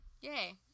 Yay